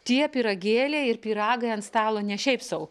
tie pyragėliai ir pyragai ant stalo ne šiaip sau